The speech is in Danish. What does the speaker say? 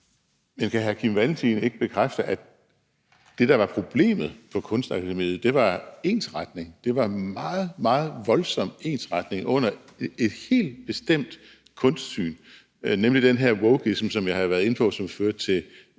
Men kan hr. Kim Valentin ikke bekræfte, at det, der var problemet på Kunstakademiet, var ensretning? Det var meget, meget voldsom ensretning under et helt bestemt kunstsyn, nemlig den her wokeism , der, som jeg har været inde på, førte til